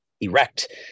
erect